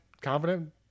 Confident